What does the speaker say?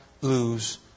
lose